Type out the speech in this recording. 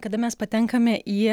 kada mes patenkame į